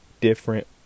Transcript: different